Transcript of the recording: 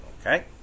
Okay